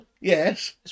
Yes